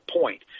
point